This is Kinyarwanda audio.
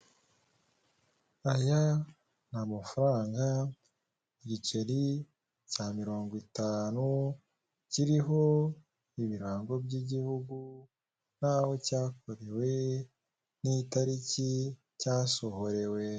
Ikiganiro cy'ikigo cy'imisoro n'amahoro kiramenyesha abantu itariki ntarengwa yo kumenyesha no kwishyura avanse ya gatatu y'umusoro ku nyungu, uko ari mirongo itatu n'imwe z'ukwezi kwa cumi n'abiri, aba ngaba barababwirwa kugira ngo batazarenza bakaba bacibwa ibihano. Uyu munsi ku itariki cumi n'ebyi z'ukwezi kwa cumi n'abiri bibiri na makumyabiri na kane, saa tatu n'iminota mirongo ine, kugeza saa tatu n'iminota mirongo itanu z'umugoroba, nibwo iryo tangazo ritanzwe.